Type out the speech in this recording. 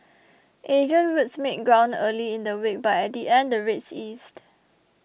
Asian routes made ground early in the week but at the end the rates eased